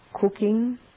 cooking